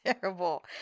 terrible